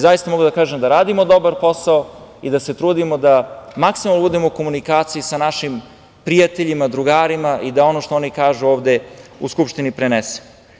Zaista mogu da kažem da radimo dobar posao i da se trudimo da maksimalno budemo u komunikaciji sa našim prijateljima, drugarima i da ono što oni kažu ovde u Skupštini prenese.